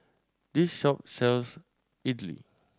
this shop sells idly